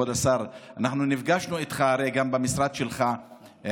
נפגשנו איתך גם במשרד שלך,